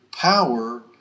power